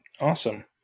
Awesome